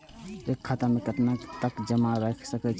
एक खाता में केतना तक जमा राईख सके छिए?